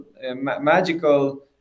magical